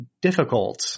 difficult